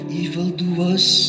evildoers